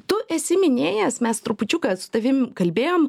tu esi minėjęs mes trupučiuką su tavim kalbėjom